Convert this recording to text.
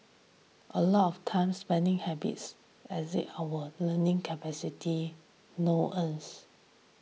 a lot of times spending habits as it award learning capability no earns